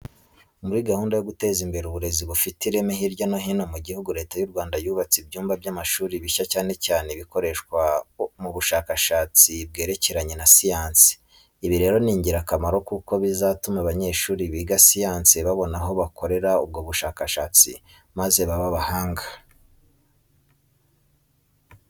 Muri gahunda yo guteza imbere uburezi bufite ireme hirya no hino mu gihugu, Leta y'u Rwanda yubatse ibyumba by'amashuri bishya cyane cyane ibikorerwamo ubushakashatsi bwerekeranye na siyansi. Ibi rero ni ingirakamaro kuko bizatuma abanyeshuri biga siyansi babona aho bakorera ubwo bushakashatsi maze babe abahanga.